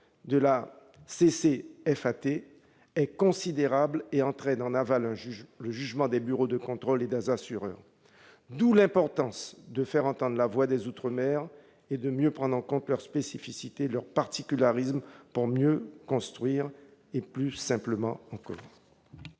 de la CCFAT est considérable et entraîne, en aval, le jugement des bureaux de contrôle et des assureurs, d'où l'importance d'y faire entendre la voix des outre-mer et de mieux prendre en compte leurs spécificités, pour pouvoir construire mieux et plus simplement. Quel